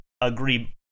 agree